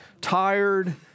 tired